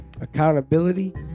accountability